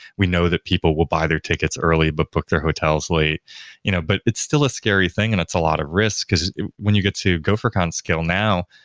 we know that people will buy their tickets early, but booked their hotels late you know but it's still a scary thing and it's a lot of risk, because when you get to gophercon skill now,